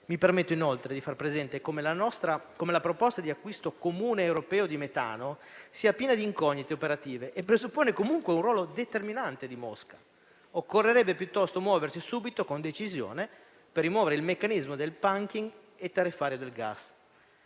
Mi permetto inoltre di far presente come la proposta di acquisto comune europeo di metano sia piena di incognite operative e presupponga comunque un ruolo determinante di Mosca. Occorrerebbe piuttosto muoversi subito con decisione per rimuovere il meccanismo del *panking* e tariffario del gas.